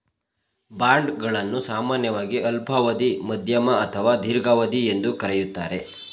bond ಗಳನ್ನು ಸಾಮಾನ್ಯವಾಗಿ ಅಲ್ಪಾವಧಿ, ಮಧ್ಯಮ ಅಥವಾ ದೀರ್ಘಾವಧಿ ಎಂದು ಕರೆಯುತ್ತಾರೆ